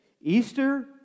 Easter